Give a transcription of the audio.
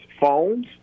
phones